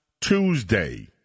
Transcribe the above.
Tuesday